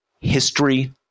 history